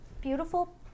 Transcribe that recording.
beautiful